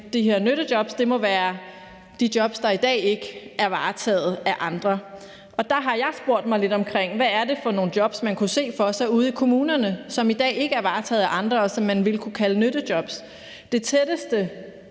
nyttejobs må være de jobs, der i dag ikke er varetaget af andre. Der har jeg spurgt mig lidt omkring, i forhold til hvad det er for nogle jobs, man kunne se for sig ude i kommunerne, som i dag ikke er varetaget af andre, og som man ville kunne kalde nyttejobs.